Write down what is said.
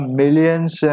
millions